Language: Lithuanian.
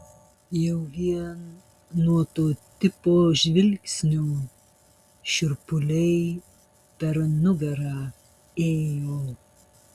jau vien nuo to tipo žvilgsnio šiurpuliai per nugarą ėjo